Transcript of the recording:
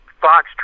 Fox